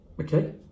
Okay